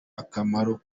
akamaro